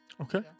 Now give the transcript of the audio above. Okay